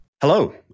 Hello